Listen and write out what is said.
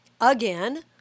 again